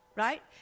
right